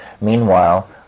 Meanwhile